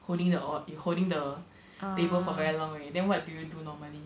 holding the or holding the table for very long already then what do you do normally